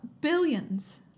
billions